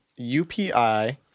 upi